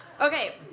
Okay